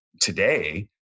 today